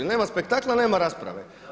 Nema spektakla nema rasprave.